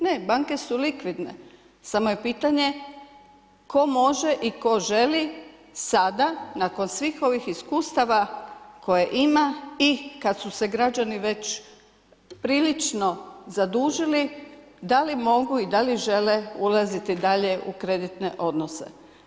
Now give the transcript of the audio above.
Ne banke su likvidne, samo je pitanje tko može i tko želi sada nakon svih ovih iskustava koje ima i kad su se građani već prilično zadužili, da li mogu i da li žele ulaziti dalje u kreditne odnose?